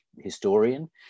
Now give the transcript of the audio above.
historian